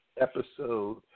episode